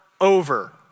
over